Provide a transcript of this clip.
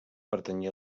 pertanyia